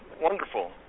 wonderful